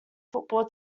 football